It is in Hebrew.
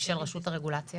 של רשות הרגולציה.